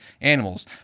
animals